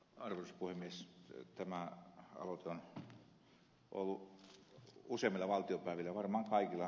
tämä aloite on ollut useilla valtiopäivillä ja varmaan kaikilla ed